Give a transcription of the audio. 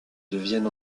devienne